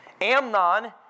Amnon